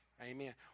Amen